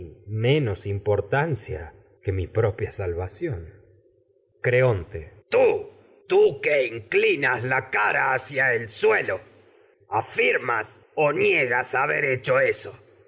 tenga importancia que mi propia salvación creonte tú tú lo que inclinas la cara hacia el sue afirmas o niegas haber hecho eso